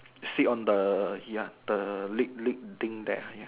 sit on the ya the lick lick thing there ya